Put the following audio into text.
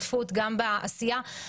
אם זה ועדת הבחירות המרכזית שיכולה לפסול אותך,